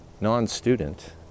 non-student